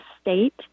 state